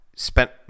Spent